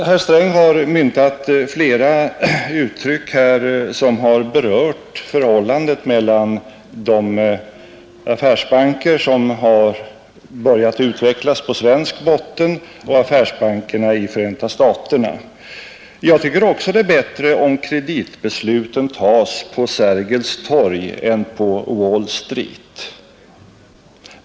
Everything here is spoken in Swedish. Herr Sträng har här myntat flera uttryck som berört förhållandet mellan de affärsbanker som börjat sin utveckling på svensk botten och affärsbankerna i Förenta staterna. Jag tycker också att det är bättre om kreditbesluten fattas på Sergelstorg än på Wall Street.